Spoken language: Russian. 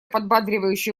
подбадривающе